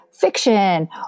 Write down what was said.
fiction